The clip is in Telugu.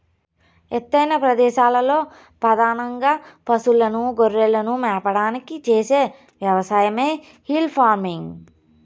ఎత్తైన ప్రదేశాలలో పధానంగా పసులను, గొర్రెలను మేపడానికి చేసే వ్యవసాయమే హిల్ ఫార్మింగ్